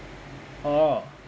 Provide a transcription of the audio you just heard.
orh